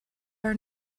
are